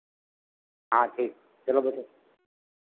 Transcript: हाँ ठीक चलो बैठो